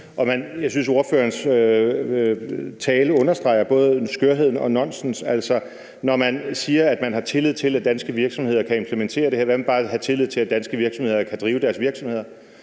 Jeg synes, ordførerens tale understreger, at det både er skørt og er nonsens. Når man siger, at man har tillid til, at danske virksomheder kan implementere det her, vil jeg sige: Hvad med bare at have tillid til, at danske virksomheder kan drive deres virksomheder?